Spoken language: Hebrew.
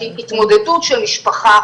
כי התמודדות של משפחה,